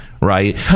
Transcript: Right